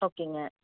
ஓகேங்க